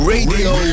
Radio